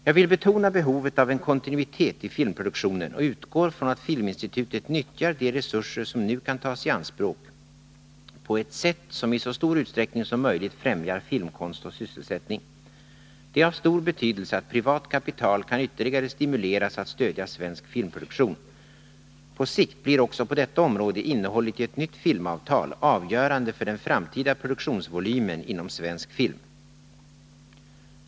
Jag vill betona behovet av en kontinuitet i filmproduktionen och utgår från 69 att Filminstitutet nyttjar de resurser som nu kan tas i anspråk, på ett sätt som i så stor utsträckning som möjligt främjar filmkonst och sysselsättning. Det är av stor betydelse att privat kapital kan ytterligare stimuleras att stödja svensk filmproduktion. På sikt blir också på detta område innehållet i ett nytt filmavtal avgörande för den framtida produktionsvolymen inom svensk film.